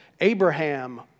Abraham